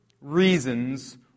reasons